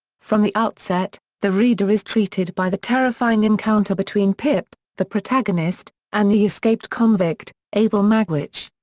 from the outset, the reader is treated by the terrifying encounter between pip, the protagonist, and the escaped convict, abel magwitch.